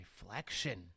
reflection